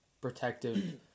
protective